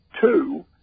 two